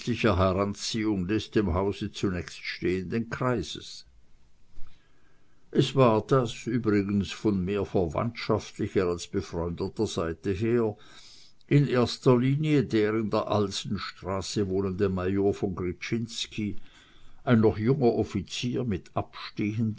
heranziehung des dem hause zunächst stehenden kreises es war das übrigens von mehr verwandtschaftlicher als befreundeter seite her in erster reihe der in der alsenstraße wohnende major von gryczinski ein noch junger offizier mit